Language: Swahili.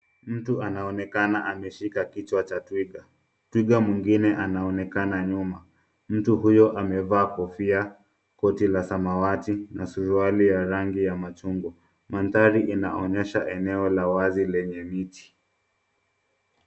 Mtu anaonekana ameshika kichwa cha twiga. Twiga mwingine anaonekana nyuma. Mtu huyo amevaa kofia, koti la samawati na suruali ya rangi ya chungwa. Mandhari inaonyesha eneo la wazi lenye miti.